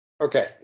Okay